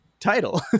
Title